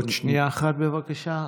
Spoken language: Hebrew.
עוד שנייה אחת, בבקשה.